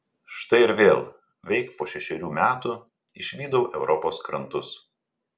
štai ir vėl veik po šešerių metų išvydau europos krantus